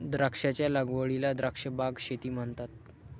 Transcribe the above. द्राक्षांच्या लागवडीला द्राक्ष बाग शेती म्हणतात